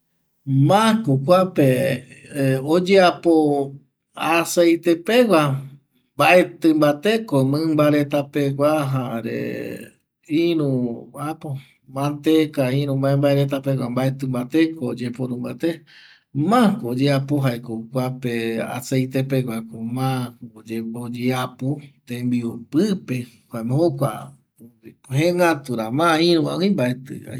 Mako kuape oyeapo aceite pegua mbaetƚ mbateko mƚmba reta pegua jare apo manteka iru mbae mbae reta pegua mbaetƚ mbateko oyeporumbate makooyeapo kuape aceite peguako ma oyeapo tembiu pƚpe jaema jegatura ma iruvagui mbaetƚ aikua